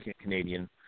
Canadian